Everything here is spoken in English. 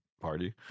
party